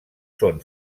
són